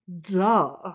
Duh